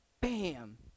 bam